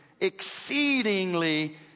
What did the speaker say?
exceedingly